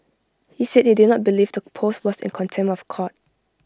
he said he did not believe the post was in contempt of court